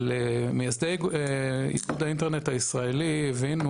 מייסדי איגוד האינטרנט הישראלי הבינו